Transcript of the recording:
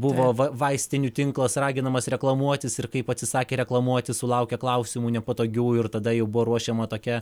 tbuvo vai vaistinių inklas raginamas reklamuotis ir kaip atsisakė reklamuoti sulaukė klausimų nepatogių ir tada jau buvo ruošiama tokia